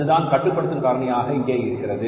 அதுதான் கட்டுப்படுத்தும் காரணியாக இங்கே இருக்கிறது